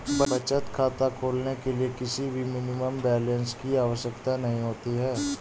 बचत खाता खोलने के लिए किसी भी मिनिमम बैलेंस की आवश्यकता नहीं होती है